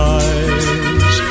eyes